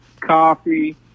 coffee